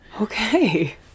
Okay